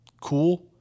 cool